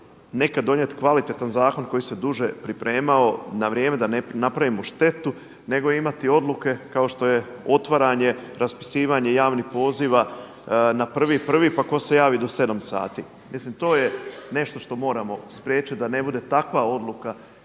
nekad donijeti kvalitetan zakon koji se duže pripremao na vrijeme da ne napravimo štetu, nego imati odluke kao što je otvaranje, raspisivanje javnih poziva na 1.1. pa ko se javi do 7 sati. Mislim to je nešto što moramo spriječiti da ne bude takva odluka,